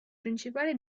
principale